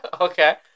Okay